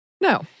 No